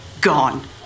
gone